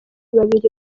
babiri